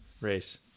race